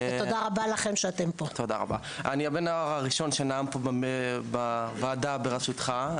אני בן הנוער הראשון שנאם פה בוועדה בראשותך,